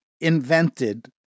invented